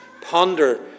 ponder